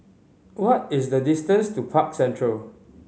what is the distance to Park Central